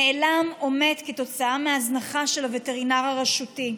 נעלם או מת כתוצאה מהזנחה של הווטרינר הרשותי.